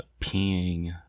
peeing